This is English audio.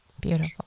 beautiful